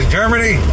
Germany